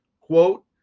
Quote